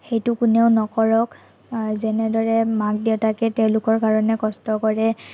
সেইটো কোনেও নকৰক যেনেদৰে মাক দেউতাকে তেওঁলোকৰ কাৰণে কষ্ট কৰে